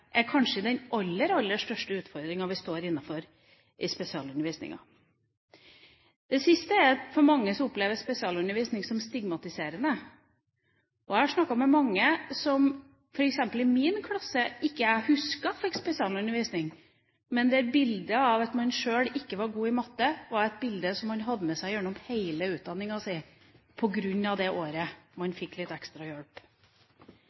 er kanskje den aller, aller største utfordringa vi står overfor i spesialundervisninga. Mange opplever spesialundervisning som stigmatiserende. Jeg har snakket med mange som jeg – f.eks. i min klasse – ikke husket fikk spesialundervisning, men bildet av at man sjøl ikke var god i matte, var noe man hadde med seg gjennom hele utdanninga, på grunn av det året man fikk litt ekstra hjelp.